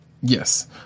Yes